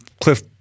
Cliff